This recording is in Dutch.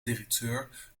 directeur